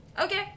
okay